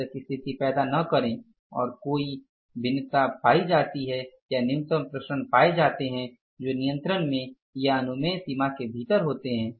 इस तरह की स्थिति पैदा न करें और कोई भिन्नता नहीं पाई जाति हैं या न्यूनतम विचरण पाए जाते हैं जो नियंत्रण में या अनुमेय सीमा के भीतर होते हैं